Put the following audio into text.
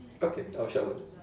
okay I'll